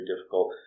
difficult